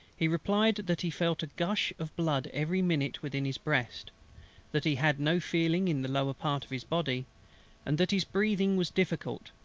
he replied, that he felt a gush of blood every minute within his breast that he had no feeling in the lower part of his body and that his breathing was difficult,